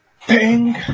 ping